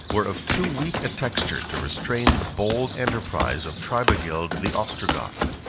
were of too weak a texture to restrain the bold enterprise of tribigild the ostrogoth.